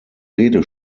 rede